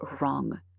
wrong